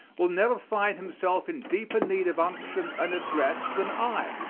will never find himself in deeper need of unction and address than i,